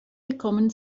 bekommen